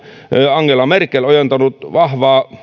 angela merkel olisi ojentanut vahvaa